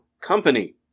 company